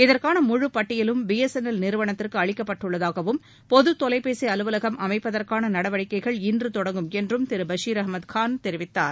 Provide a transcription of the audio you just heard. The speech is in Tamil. இதற்கான முழு பட்டியலும் பி எஸ் என் எல் நிறுவனத்திற்கு அளிக்கப்பட்டுள்ளதாகவும் பொது தொலைபேசி அலுவலகம் அமைப்பதற்காள நடவடிக்கைகள் இன்று தொடங்கும் என்றும் திரு பஷிர் அகமது தெரிவித்தார்